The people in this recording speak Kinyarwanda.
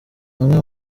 amwe